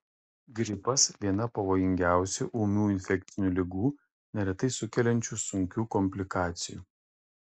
gripas viena pavojingiausių ūmių infekcinių ligų neretai sukeliančių sunkių komplikacijų